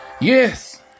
Yes